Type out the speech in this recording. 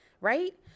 right